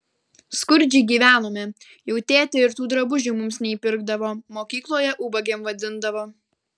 skurdžiai gyvenome jau tėtė ir tų drabužių mums neįpirkdavo mokykloje ubagėm vadindavo